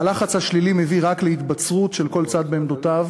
הלחץ השלילי מביא רק להתבצרות של כל צד בעמדותיו,